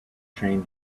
train